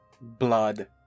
Blood